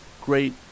Great